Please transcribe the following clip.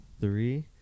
three